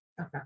Okay